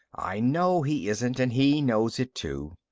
i know he isn't. and he knows it, too.